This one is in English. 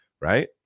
right